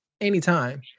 anytime